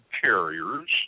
carriers